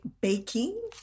baking